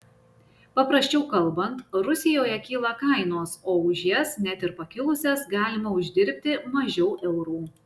paprasčiau kalbant rusijoje kyla kainos o už jas net ir pakilusias galima uždirbti mažiau eurų